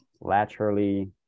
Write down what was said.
laterally